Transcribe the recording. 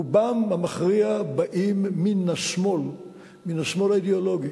רובם המכריע באים מהשמאל האידיאולוגי,